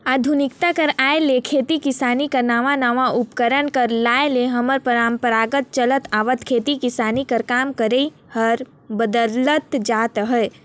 आधुनिकता कर आए ले खेती किसानी कर नावा नावा उपकरन कर आए ले हमर परपरागत चले आवत खेती किसानी कर काम करई हर बदलत जात अहे